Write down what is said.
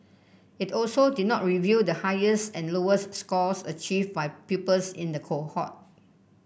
it also did not reveal the highest and lowest scores achieved by pupils in the cohort